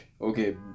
okay